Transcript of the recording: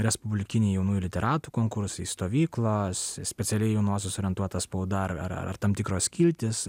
respublikiniai jaunųjų literatų konkursai stovyklos specialiai į jaunuosius orientuota spauda ar ar tam tikros skiltys